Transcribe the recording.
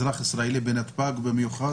אזרח ישראלי בנתב"ג במיוחד,